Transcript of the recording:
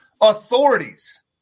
authorities